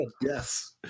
Yes